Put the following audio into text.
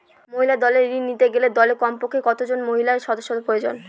মহিলা দলের ঋণ নিতে গেলে দলে কমপক্ষে কত জন মহিলা সদস্য প্রয়োজন?